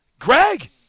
Greg